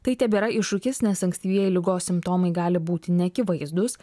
tai tebėra iššūkis nes ankstyvieji ligos simptomai gali būti neakivaizdūs